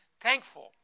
thankful